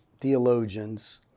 theologians